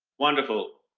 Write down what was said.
wonderful.